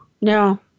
No